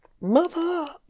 Mother